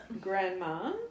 grandma